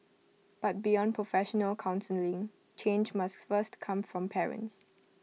but beyond professional counselling change must first come from parents